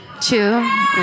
Two